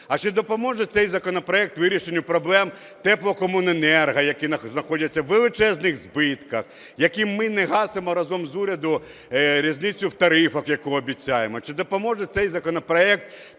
А чи допоможе цей законопроект вирішенню проблем теплокомуненерго, які знаходяться у величезних збитках, яким ми не гасимо разом з урядом різницю в тарифах, яку обіцяємо? Чи допоможе цей законопроект